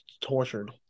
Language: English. tortured